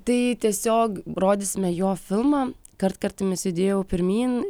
tai tiesiog rodysime jo filmą kartkartėmis judėjau pirmyn